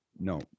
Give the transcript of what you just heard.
No